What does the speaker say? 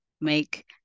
make